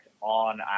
on